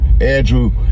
andrew